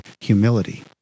humility